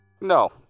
No